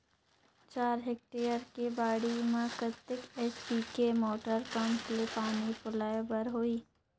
चार हेक्टेयर के बाड़ी म कतेक एच.पी के मोटर पम्म ले पानी पलोय बर होही?